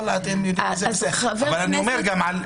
אחת